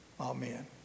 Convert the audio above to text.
Amen